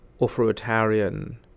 authoritarian